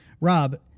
Rob